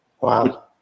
Wow